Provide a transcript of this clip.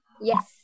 Yes